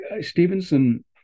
Stevenson